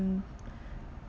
mm